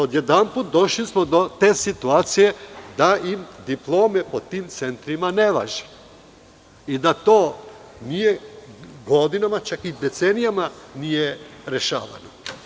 Odjedanput som došli do te situacije da diplome po tim centrima ne važe i da to godinama, decenijama nije rešavano.